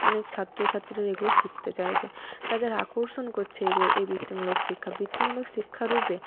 অনেক ছাত্রছাত্রীরা এগুলো শিখতে চাইছে তাদের আকর্ষণ করছে এইগুলো এই বৃত্তিমূলক শিক্ষা বৃত্তিমূলক শিক্ষা রূপে